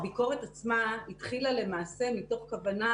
הביקורת עצמה התחילה למעשה מתוך כוונה